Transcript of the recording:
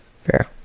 Fair